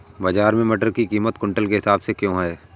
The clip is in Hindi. बाजार में मटर की कीमत क्विंटल के हिसाब से क्यो है?